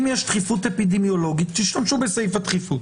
אם יש דחיפות אפידמיולוגית, תשתמשו בסעיף הדחיפות.